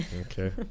okay